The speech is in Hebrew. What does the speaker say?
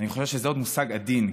אני חושב שזה עוד מושג עדין,